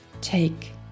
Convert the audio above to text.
take